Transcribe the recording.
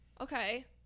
Okay